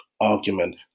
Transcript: argument